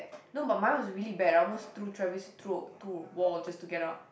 no but mine was really bad I almost threw Travis throw to wall just to get out